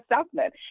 assessment